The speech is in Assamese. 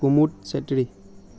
কুমুদ চেত্ৰী